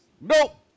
nope